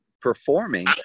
performing